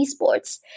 esports